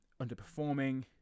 underperforming